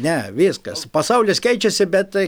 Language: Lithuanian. ne viskas pasaulis keičiasi bet tai